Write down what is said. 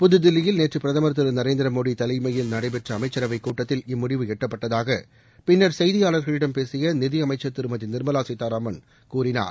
புதுதில்லியில் நேற்று பிரதமர் திரு நரேந்திர மோடி தலைமையில் நடைபெற்ற அமைச்சரவைக் கூட்டத்தில் இம்முடிவு எட்டப்பட்டதாக பின்னர் செய்தியாளர்களிடம் பேசிய நிதியமைச்சர் திருமதி நிர்மலா சீத்தாராமன் கூறினார்